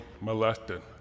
molested